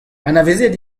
anavezet